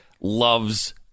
loves